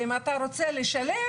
ואם אתה רוצה לשלב,